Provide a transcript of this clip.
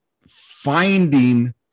finding